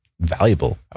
valuable